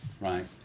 right